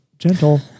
Gentle